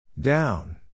Down